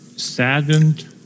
Saddened